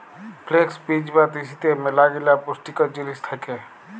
flakes বীজ বা তিসিতে ম্যালাগিলা পুষ্টিকর জিলিস থ্যাকে